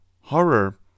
Horror